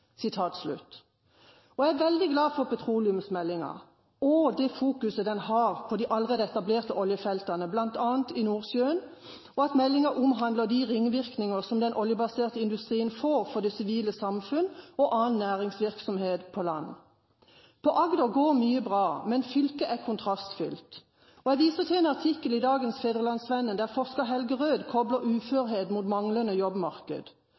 Jeg er veldig glad for petroleumsmeldingen og det fokuset den har på de allerede etablerte oljefeltene bl.a. i Nordsjøen, og at meldingen omhandler de ringvirkninger som den oljebaserte industrien får for det sivile samfunn og annen næringsvirksomhet på land. I Agder går mye bra, men fylket er kontrastfylt. Jeg viser til en artikkel i dagens Fædrelandsvennen, der forsker Helge Røed kobler uførhet mot manglende jobbmarked: